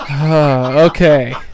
okay